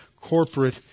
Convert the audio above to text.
corporate